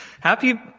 Happy